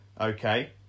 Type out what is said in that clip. okay